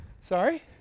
Sorry